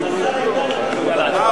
השר איתן אמר שהוא מטפל בזה.